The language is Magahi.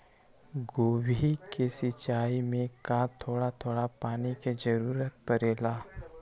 गोभी के सिचाई में का थोड़ा थोड़ा पानी के जरूरत परे ला?